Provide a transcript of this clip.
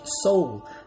soul